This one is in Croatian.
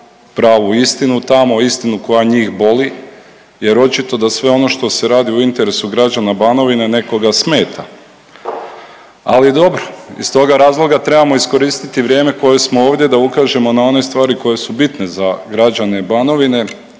pravu istinu tamo. Istinu koja njih boli jer očito da sve ono što se radi u interesu građana Banovine nekoga smeta, ali dobro. Iz toga razloga trebamo iskoristiti vrijeme koje smo ovdje da ukažemo na one stvari koje su bitne za građane Banovine